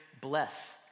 bless